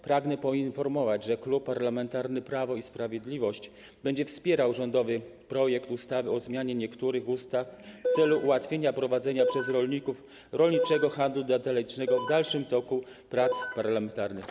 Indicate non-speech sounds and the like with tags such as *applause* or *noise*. Pragnę poinformować, że Klub Parlamentarny Prawo i Sprawiedliwość będzie wspierał rządowy projekt ustawy o zmianie niektórych ustaw *noise* w celu ułatwienia prowadzenia przez rolników rolniczego handlu detalicznego w dalszym toku prac parlamentarnych.